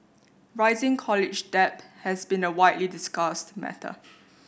rising college debt has been a widely discussed matter